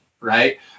right